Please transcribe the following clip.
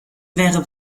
wäre